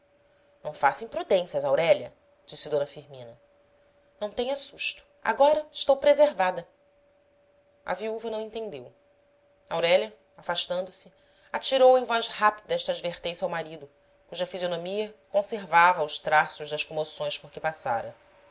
não faça imprudências aurélia disse d firmina não tenha susto agora estou preservada a viúva não entendeu aurélia afastando-se atirou em voz rápida esta advertência ao marido cuja fisionomia conservava os traços das comoções por que passara